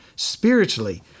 Spiritually